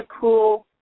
cool